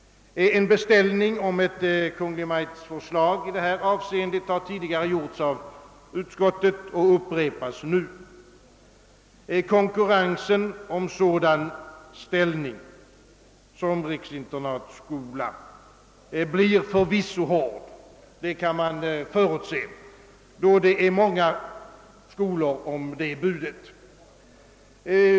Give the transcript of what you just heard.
En beställning om ett Kungl. Maj:ts förslag i detta avseende har tidigare gjorts av utskottet och upprepas nu. Konkurrensen om sådan ställning som riksinternatskola blir förvisso hård — det kan man förutse, då det är många skolor om budet.